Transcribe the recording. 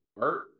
art